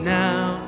now